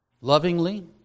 Lovingly